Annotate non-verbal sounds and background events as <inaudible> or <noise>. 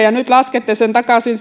<unintelligible> ja nyt laskette sen takaisin <unintelligible>